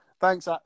Thanks